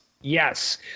Yes